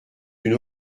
une